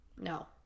No